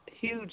huge